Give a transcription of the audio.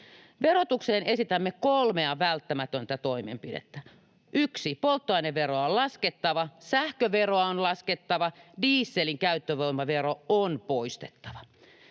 Verotukseen esitämme kolmea välttämätöntä toimenpidettä: polttoaineveroa on laskettava, sähköveroa on laskettava, dieselin käyttövoimavero on poistettava.